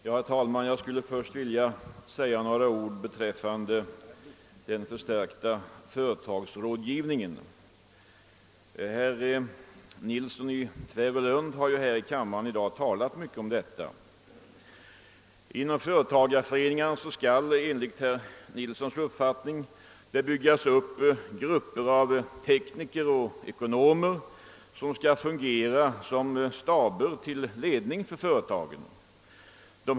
Herr talman! Jag skulle först vilja säga några ord beträffande den förstärkta företagsrådgivningen, som herr Nilsson i Tvärålund i dag har talat rätt mycket om. Inom företagareföreningarna bör det enligt herr Nilssons uppfattning byggas upp grupper av tekniker och ekonomer, som skall fungera såsom staber till ledning för företagen.